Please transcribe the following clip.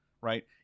right